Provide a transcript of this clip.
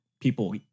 people